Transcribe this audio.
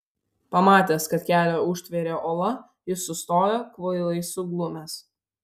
pamatęs kad kelią užtvėrė uola jis sustojo kvailai suglumęs